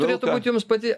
turėtų būt jums pati